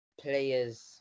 players